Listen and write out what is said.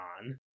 on